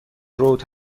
رود